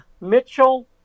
Mitchell